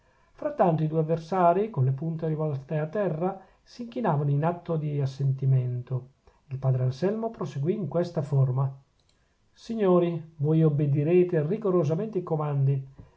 frattanto i due avversarii con le punte rivolte a terra s'inchinavano in atto di assentimento il padre anselmo proseguì in questa forma signori voi obbedirete rigorosamente ai comandi